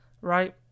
right